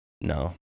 No